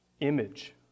image